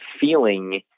feeling